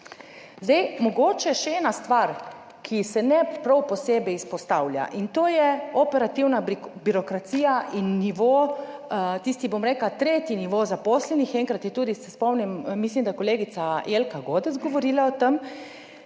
Zdaj mogoče še ena stvar, ki se ne prav posebej izpostavlja in to je operativna birokracija in nivo, tisti, bom rekla, tretji nivo zaposlenih. Enkrat je tudi, se spomnim, mislim da je kolegica Jelka Godec govorila o tem,